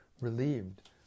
relieved